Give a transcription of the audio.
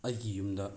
ꯑꯩꯒꯤ ꯌꯨꯝꯗ